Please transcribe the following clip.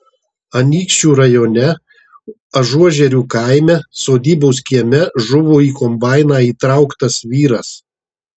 anykščių rajone ažuožerių kaime sodybos kieme žuvo į kombainą įtrauktas vyras